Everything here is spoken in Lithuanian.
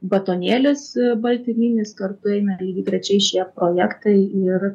batonėlis baltyminis kartu eina lygiagrečiai šie projektai ir